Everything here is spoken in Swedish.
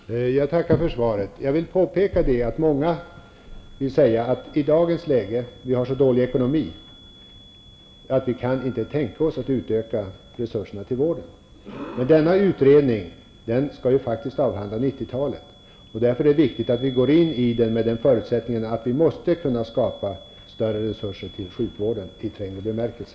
Herr talman! Jag tackar för svaret. Jag vill påpeka att många säger att vi i dagens läge har så dålig ekonomi att vi inte kan tänka oss att utöka resurserna till vården. Denna utredning skall faktiskt avhandla 90-talet. Därför är det viktigt att vi går in i den med förutsättningen att vi måste kunna skapa större resurser till sjukvården i trängre bemärkelse.